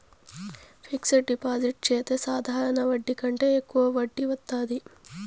fixed deposit చెత్తే సాధారణ వడ్డీ కంటే యెక్కువ వడ్డీ వత్తాది